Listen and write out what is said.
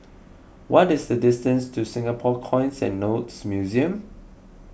what is the distance to Singapore Coins and Notes Museum